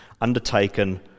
undertaken